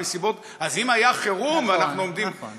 אז אם היה חירום, ואנחנו עומדים, נכון, נכון.